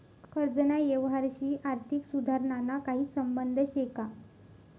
कर्जना यवहारशी आर्थिक सुधारणाना काही संबंध शे का?